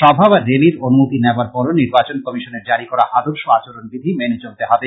সভা বা র্যালির অনুমতি নেবার পর ও নির্বাচন কমিশনের জারি করা আদর্শ আচরণ বিধি মেনে চলতে হবে